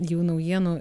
jau naujienų